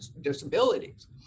disabilities